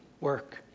work